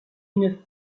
une